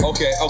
Okay